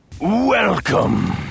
Welcome